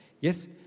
Yes